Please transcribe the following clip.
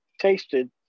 tasted